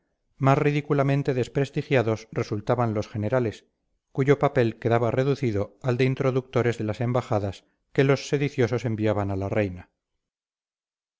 más ridículamente desprestigiados resultaban los generales cuyo papel quedaba reducido al de introductores de las embajadas que los sediciosos enviaban a la reina